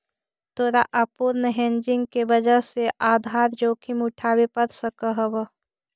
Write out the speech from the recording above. तोरा अपूर्ण हेजिंग के वजह से आधार जोखिम उठावे पड़ सकऽ हवऽ